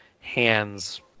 hands